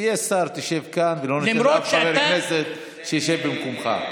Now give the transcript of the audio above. כשתהיה שר תשב כאן ולא ניתן לאף חבר כנסת לשבת במקומך.